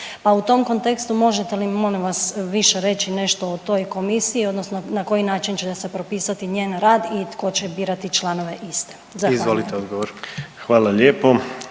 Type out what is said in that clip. pa u tom kontekstu možete li mi molim vas više reći nešto o toj komisiji odnosno na koji način će se propisati njen rad i tko će birati članove iste. Zahvaljujem.